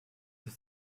ist